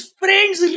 friends